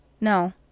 No